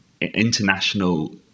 international